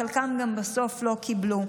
חלקם בסוף לא קיבלו,